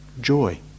joy